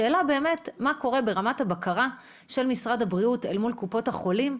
השאלה באמת מה קורה ברמת הבקרה של משרד הבריאות מול קופות החולים,